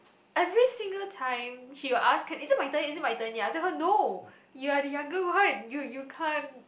every single time she will ask can is it my turn is it my turn yet I told her no you're the younger one you you can't